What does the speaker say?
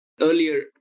earlier